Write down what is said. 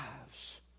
lives